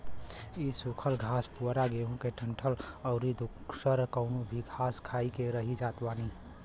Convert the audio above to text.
इ सुखल घास पुअरा गेंहू के डंठल अउरी दुसर कवनो भी घास खाई के रही जात बानी